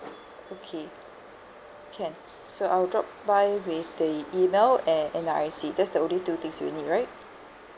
okay can so I'll drop by with the email and N_R_I_C that's the only two things you'll need right